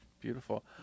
beautiful